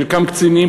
חלקם קצינים,